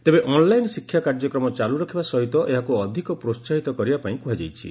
ତେବେ ଅନ୍ଲାଇନ୍ ଶିକ୍ଷା କାର୍ଯ୍ୟକ୍ରମ ଚାଲୁ ରଖିବା ସହିତ ଏହାକୁ ଅଧିକ ପ୍ରୋସାହିତ କରିବାପାଇଁ କୁହାଯାଇଛି